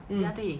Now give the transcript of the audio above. mm